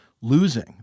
losing